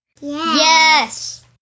Yes